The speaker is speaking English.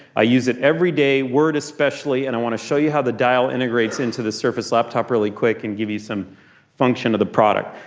i use it every day, word especially, and i want to show you how the dial integrates into this surface laptop really quick and give you some function of the product.